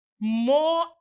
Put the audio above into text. more